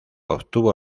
obtuvo